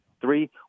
Three